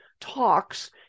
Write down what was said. talks